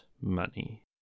Money